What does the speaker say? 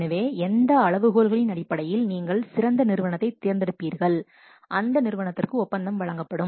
எனவே எந்த அளவுகோல்களின் அடிப்படையில் நீங்கள் சிறந்த நிறுவனத்தைத் தேர்ந்தெடுப்பீர்கள் அந்த நிறுவனத்திற்கு ஒப்பந்தம் வழங்கப்படும்